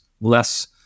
less